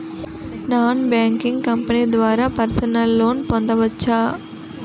Non banking company ద్వారా personal loan పొందవచ్చా?